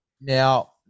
Now